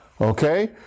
Okay